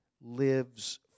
lives